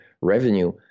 revenue